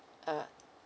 uh